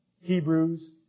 Hebrews